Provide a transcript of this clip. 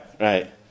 right